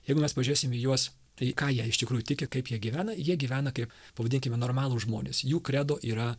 jeigu mes pažėsim į juos tai ką jie iš tikrųjų tiki kaip jie gyvena jie gyvena kaip pavadinkime normalūs žmonės jų kredo yra